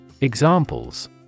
Examples